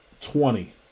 twenty